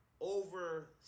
over